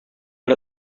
but